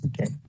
Okay